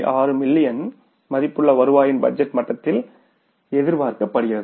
6 million மதிப்புள்ள வருவாயின் budget மட்டத்தில் எதிர்பார்க்கப்படுகிறது